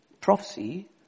Prophecy